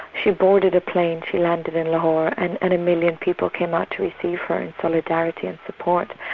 she boarded a plane, she landed in lahore, and and a million people came out to receive her in solidarity and support,